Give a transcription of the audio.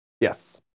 Yes